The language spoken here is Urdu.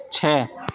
چھ